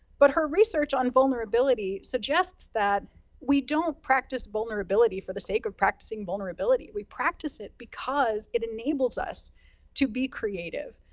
but her research on vulnerability suggests that we don't practice vulnerability for the sake of practicing vulnerability. we practice it because it enables us to be creative,